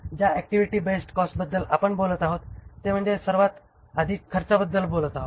ज्या activity based कॉस्टबद्दल आपण बोलत आहोत ते म्हणजे आपण सर्वात आधी खर्चाबद्दल बोलत आहोत